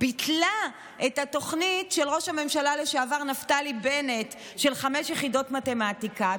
ביטלה את התוכנית של ראש הממשלה לשעבר נפתלי בנט של חמש יחידות מתמטיקה,